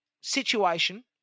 situation